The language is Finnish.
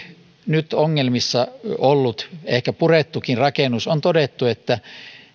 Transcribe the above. nyt ongelmissa olleen ehkä puretunkin rakennuksen kohdalla on todettu että